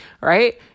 right